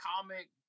comic